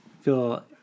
feel